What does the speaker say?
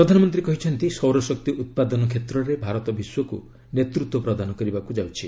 ପ୍ରଧାନମନ୍ତ୍ରୀ କହିଛନ୍ତି ସୌରଶକ୍ତି ଉତ୍ପାଦନ କ୍ଷେତ୍ରରେ ଭାରତ ବିଶ୍ୱକୁ ନେତୃତ୍ୱ ପ୍ରଦାନ କରିବାକୁ ଯାଉଛି